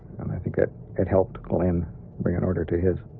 and i think it it helped glenn bring an order to his.